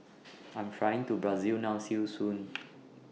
I Am Flying to Brazil now See YOU Soon